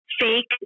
fake